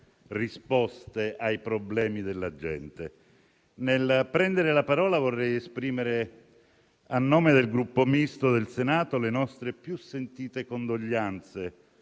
risposte ai problemi della gente. Nel prendere la parola vorrei esprimere, a nome del Gruppo Misto del Senato, le nostre più sentite condoglianze